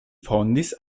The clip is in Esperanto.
fondis